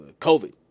COVID